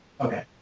Okay